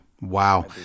Wow